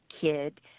kid